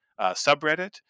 subreddit